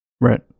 Right